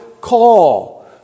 call